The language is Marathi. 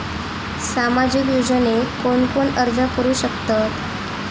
सामाजिक योजनेक कोण कोण अर्ज करू शकतत?